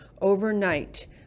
overnight